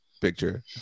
picture